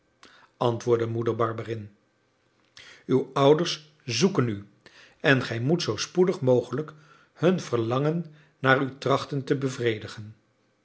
antwoordde moeder barberin uw ouders zoeken u en gij moet zoo spoedig mogelijk hun verlangen naar u trachten te bevredigen